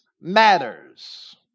matters